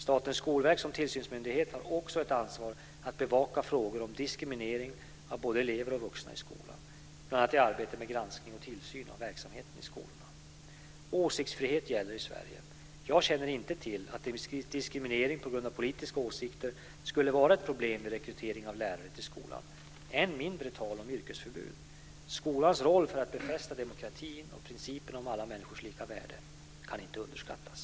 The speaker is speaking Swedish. Statens skolverk som tillsynsmyndighet har också ett ansvar att bevaka frågor om diskriminering av både elever och vuxna i skolan, bl.a. i arbetet med granskning och tillsyn av verksamheten i skolorna. Åsiktsfrihet gäller i Sverige. Jag känner inte till att diskriminering på grund av politiska åsikter skulle vara ett problem vid rekrytering av lärare till skolan, än mindre tal om yrkesförbud. Skolans roll för att befästa demokratin och principen om alla människors lika värde kan inte överskattas.